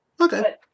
Okay